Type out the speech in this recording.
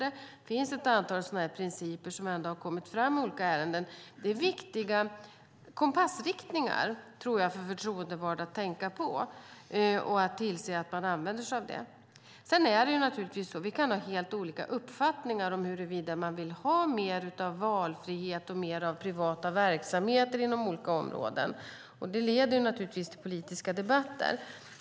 Det finns ett antal sådana principer som ändå har kommit fram i olika ärenden, och jag tror att det är viktiga kompassriktningar för förtroendevalda att tänka på och använda sig av. Sedan är det naturligtvis så att vi kan ha helt olika uppfattningar huruvida man ska ha mer av valfrihet och mer av privata verksamheter inom olika områden, och det leder naturligtvis till politiska debatter.